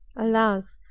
alas!